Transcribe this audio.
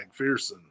McPherson